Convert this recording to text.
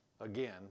again